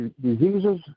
diseases